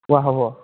পোৱা হ'ব